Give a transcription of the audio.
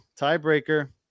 Tiebreaker